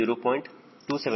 279 ಆಗಿರುತ್ತದೆ